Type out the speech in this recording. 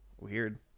weird